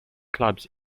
clubs